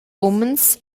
umens